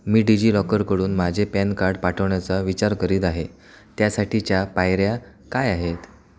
मी डिजिलॉकरकडून माझे PAN card पाठवण्याचा विचार करीत आहे त्यासाठीच्या पायऱ्या काय आहेत